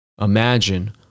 imagine